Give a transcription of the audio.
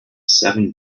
seven